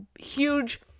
huge